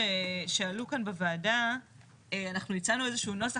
ההערות שעלו כאן בוועדה אנחנו הצענו איזה שהוא נוסח.